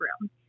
room